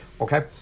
Okay